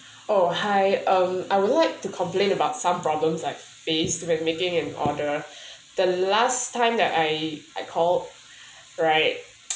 oh hi um I would like to complain about some problems I've faced when making an order the last time that I I call right